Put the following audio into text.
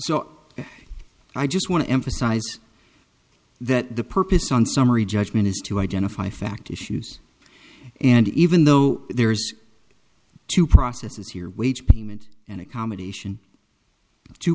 so i just want to emphasize that the purpose on summary judgment is to identify fact issues and even though there's two processes here wage payment and accommodation t